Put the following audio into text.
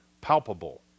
palpable